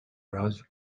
browser